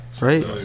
right